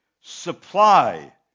supply